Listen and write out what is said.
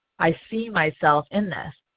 i see myself in this.